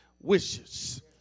wishes